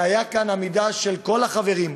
והייתה כאן עמידה של כל החברים,